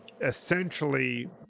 essentially